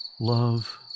love